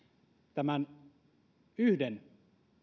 tämän yhden